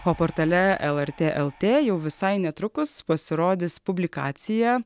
o portale el er tė le tė jau visai netrukus pasirodys publikacija